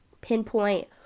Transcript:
pinpoint